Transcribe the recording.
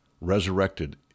resurrected